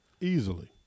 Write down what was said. Easily